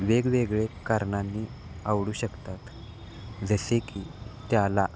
वेगवेगळे कारणांनी आवडू शकतात जसे की त्याला